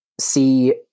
see